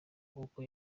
nk’uko